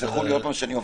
שצריך לסגור את